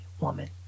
woman